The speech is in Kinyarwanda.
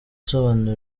asobanura